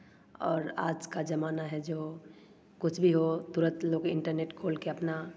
और आज का ज़माना है जो कुछ भी हो तुरंत लोग इंटरनेट खोल के अपना